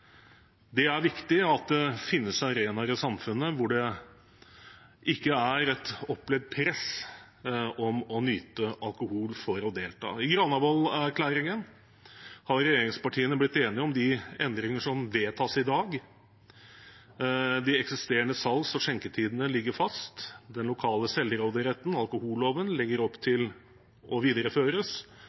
Det er viktig at det finnes arenaer i samfunnet hvor det ikke er et opplevd press på å nyte alkohol for å delta. I Granavolden-erklæringen har regjeringspartiene blitt enige om de endringene som vedtas i dag. De eksisterende salgs- og skjenketidene ligger fast. Det legges opp til at den lokale selvråderetten og alkoholloven videreføres. Og hvert kommunestyre har selv anledning til å